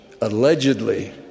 allegedly